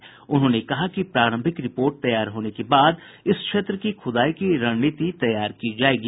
श्री चौधरी ने कहा कि प्रारंभिक रिपोर्ट तैयार होने के बाद इस क्षेत्र की खुदाई की रणनीति तैयार की जायेगी